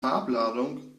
farbladung